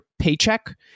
paycheck